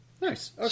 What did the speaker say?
Nice